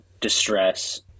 distress